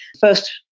First